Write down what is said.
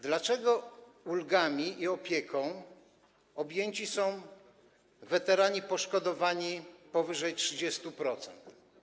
Dlaczego ulgami i opieką objęci są weterani poszkodowani w więcej niż 30%?